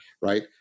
right